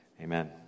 Amen